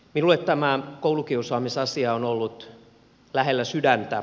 minulle tämä koulukiusaamisasia on ollut lähellä sydäntä